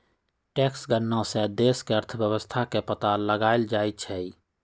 tax गणना से देश के अर्थव्यवस्था के पता लगाएल जाई छई